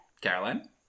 Caroline